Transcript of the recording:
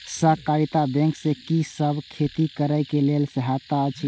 सहकारिता बैंक से कि सब खेती करे के लेल सहायता अछि?